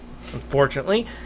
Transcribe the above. unfortunately